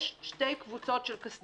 יש שתי קבוצות של קסדות: